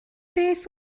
beth